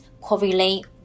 correlate